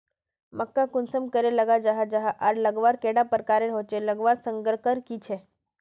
मक्का कुंसम करे लगा जाहा जाहा आर लगवार कैडा प्रकारेर होचे लगवार संगकर की झे?